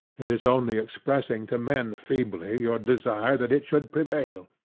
it is only expressing to men feebly your desire that it should prevail.